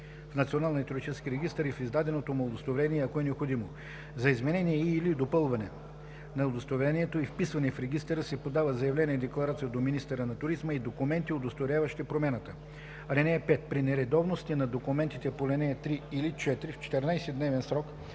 и в издаденото му удостоверение, ако е необходимо. За изменение и/или допълване на удостоверението и вписване в регистъра се подава заявление-декларация до министъра на туризма и документи, удостоверяващи промяната. (5) При нередовности на документите по ал. 3 или 4 в 14 дневен срок